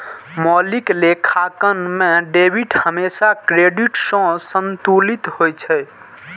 मौलिक लेखांकन मे डेबिट हमेशा क्रेडिट सं संतुलित होइ छै